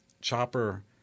Chopper